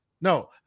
no